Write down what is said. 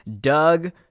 Doug